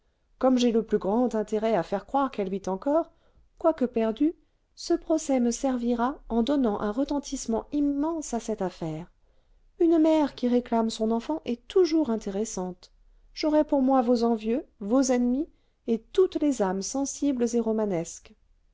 comme j'ai le plus grand intérêt à faire croire qu'elle vit encore quoique perdu ce procès me servira en donnant un retentissement immense à cette affaire une mère qui réclame son enfant est toujours intéressante j'aurai pour moi vos envieux vos ennemis et toutes les âmes sensibles et romanesques